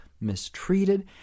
mistreated